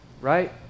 right